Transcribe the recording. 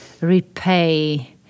repay